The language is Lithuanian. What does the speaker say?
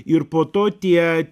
ir po to tie